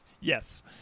Yes